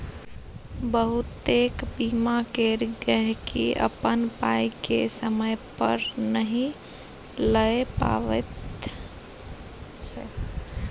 बहुतेक बीमा केर गहिंकी अपन पाइ केँ समय पर नहि लए पबैत छै